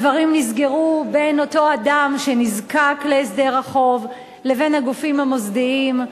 הדברים נסגרו בין אותו אדם שנזקק להסדר החוב ובין הגופים המוסדיים,